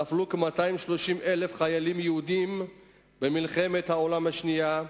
נפלו כ-230,000 חיילים יהודים במלחמת העולם השנייה,